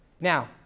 Now